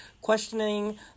questioning